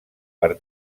per